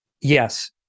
Yes